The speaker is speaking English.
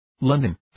London